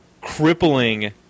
crippling